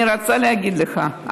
אני רוצה להגיד לך,